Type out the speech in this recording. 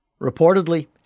Reportedly